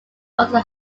also